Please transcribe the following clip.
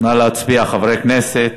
להצביע, חברי הכנסת.